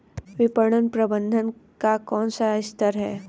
विपणन प्रबंधन का कौन सा स्तर है?